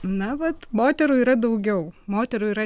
na vat moterų yra daugiau moterų yra